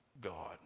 God